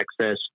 access